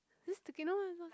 this sticky no it's not